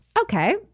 Okay